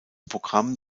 programm